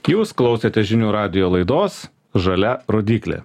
jūs klausote žinių radijo laidos žalia rodyklė